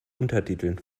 untertiteln